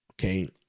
okay